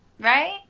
Right